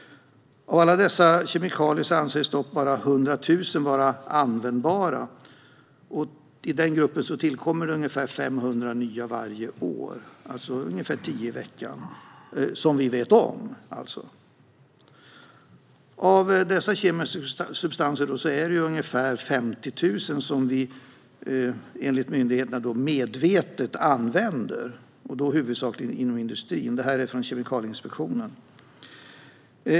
Av alla dessa kemikalier anses dock endast 100 000 vara användbara, och i den gruppen tillkommer ungefär 500 nya varje år, alltså ungefär tio i veckan, som vi vet om. Av alla dessa kemiska substanser är det dock enbart ungefär 50 000 som vi enligt myndigheterna medvetet använder, huvudsakligen inom industrin. Uppgifterna kommer från Kemikalieinspektionen.